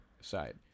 side